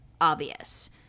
obvious